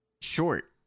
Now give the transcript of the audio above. short